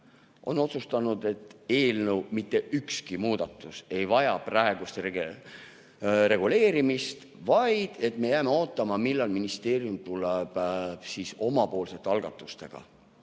on otsustanud, et eelnõu mitte ükski muudatus ei vaja praegu reguleerimist, vaid me jääme ootama, millal ministeerium tuleb omapoolsete algatustega.